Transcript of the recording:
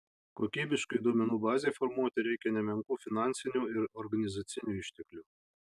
kokybiškai duomenų bazei formuoti reikia nemenkų finansinių ir organizacinių išteklių